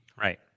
Right